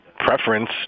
Preference